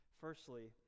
Firstly